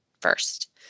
first